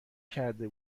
کرده